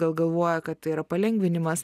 gal galvoja kad tai yra palengvinimas